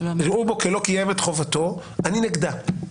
יראו בו כאילו לא קיים חובתו - אני נגדה.